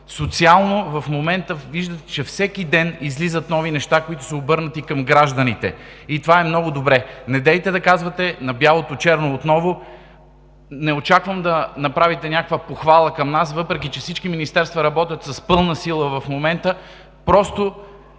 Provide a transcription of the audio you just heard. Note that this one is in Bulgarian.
хората. В момента виждате, че всеки ден излизат нови неща, които са социално обърнати към гражданите. И това е много добре. Недейте да казвате на бялото черно отново. Не очаквам да направите някаква похвала към нас, въпреки че всички министерства работят в момента с пълна сила. Просто